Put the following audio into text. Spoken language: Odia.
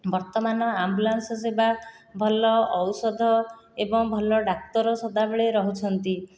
ବର୍ତ୍ତମାନ ଆମ୍ବୁଲାନ୍ସ ସେବା ଭଲ ଔଷଧ ଏବଂ ଭଲ ଡାକ୍ତର ସଦାବେଳେ ରହୁଛନ୍ତି